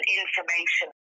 information